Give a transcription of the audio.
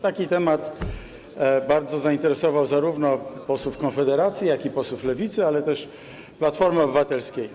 Ten temat bardzo zainteresował zarówno posłów Konfederacji, jak i posłów Lewicy, ale też Platformy Obywatelskiej.